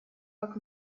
как